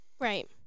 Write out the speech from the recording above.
Right